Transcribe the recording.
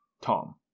Tom